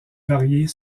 varier